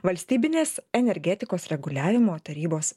valstybinės energetikos reguliavimo tarybos